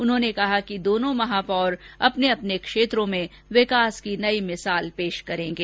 उन्होंने कहा कि दोनों महापौर अपने अपने क्षेत्रों में विकास की नई मिसाल पेश करेंगे